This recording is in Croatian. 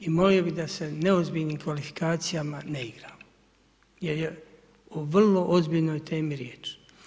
I molio bih da se neozbiljnim kvalifikacijama ne igramo jer je o vrlo ozbiljnoj temi riječ.